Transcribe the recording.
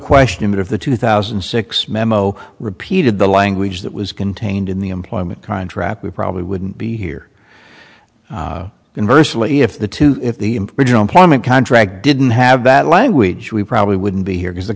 question that if the two thousand and six memo repeated the language that was contained in the employment contract we probably wouldn't be here inversely if the two if the regional employment contract didn't have bad language we probably wouldn't be here because the